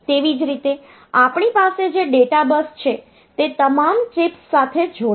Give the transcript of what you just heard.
તેવી જ રીતે આપણી પાસે જે ડેટા બસ છે તે તમામ ચિપ્સ સાથે જોડાશે